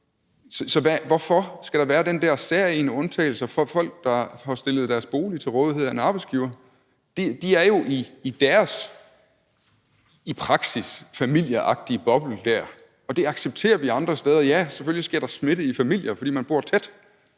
Så hvorfor skal der være den særegne undtagelse for folk, der får stillet deres bolig til rådighed af en arbejdsgiver? De er jo i praksis i deres familieagtige boble dér, og det accepterer vi andre steder. Ja, selvfølgelig sker der er smitte i familier, fordi man bor tæt.